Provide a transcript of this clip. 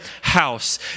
house